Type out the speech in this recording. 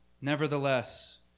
Nevertheless